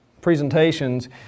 presentations